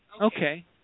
Okay